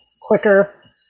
quicker